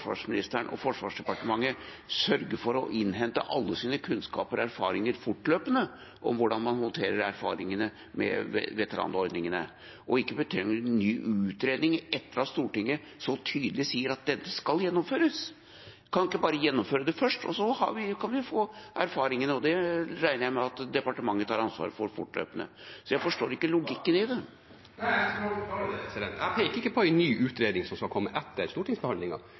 å innhente all kunnskap og alle erfaringer fortløpende med hensyn til hvordan man håndterer erfaringene med veteranordningene, og at man ikke trenger en ny utredning etter at Stortinget så tydelig sier at dette skal gjennomføres. Kan man ikke bare gjennomføre det først, og så kan vi få erfaringene? Det regner jeg med at departementet tar ansvaret for fortløpende. Jeg forstår derfor ikke logikken. Jeg skal prøve å forklare det. Jeg peker ikke på en ny utredning som skal komme etter